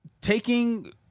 taking